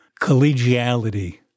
collegiality